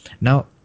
Now